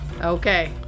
Okay